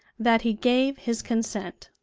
that he gave his consent.